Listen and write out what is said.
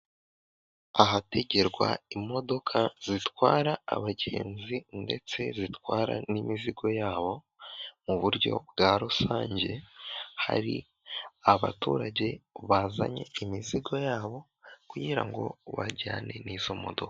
Ahategerwa imodoka zitwara abagenzi ndetse zitwara n'imizigo yabo mu buryo bwa rusange, hari abaturage bazanye imizigo yabo kugira ngo bajyane n'izo modoka.